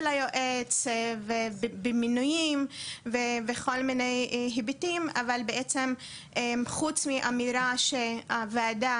היועץ ובמינויים וכל מיני היבטים אבל בעצם חוץ מאמירה שהוועדה